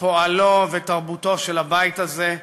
פועלו ותרבותו של הבית הזה,